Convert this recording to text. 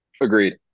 Agreed